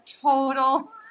total